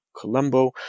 Colombo